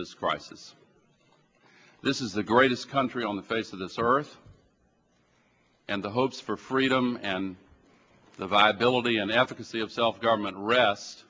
this crisis this is the greatest country on the face of this earth and the hopes for freedom and the viability and african sea of self government rest